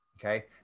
Okay